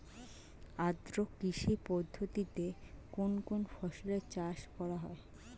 আদ্র কৃষি পদ্ধতিতে কোন কোন ফসলের চাষ করা হয়?